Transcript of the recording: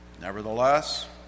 Nevertheless